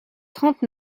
trente